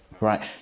Right